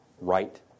right